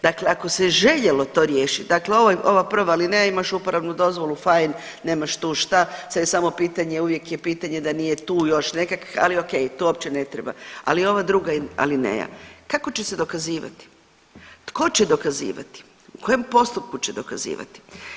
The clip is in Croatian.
Dakle ako se željelo to riješit, dakle ova, ova prva alineja imaš uporabnu dozvolu, fajn, nemaš tu šta, sad je samo pitanje, uvijek je pitanje da nije tu još nekakvih, ali okej, to uopće ne treba, ali ova druga alineja, kako će se dokazivati, tko će dokazivati, u kojem postupku će dokazivati?